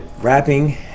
Rapping